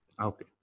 Okay